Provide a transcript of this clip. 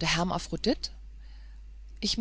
der hermaphrodit ich